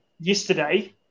yesterday